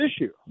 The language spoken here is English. issue